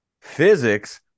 Physics